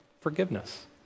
forgiveness